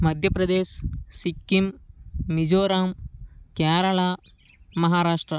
Madhya Pradesh Sikkim Mizoram Kerala Maharashtra